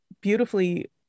beautifully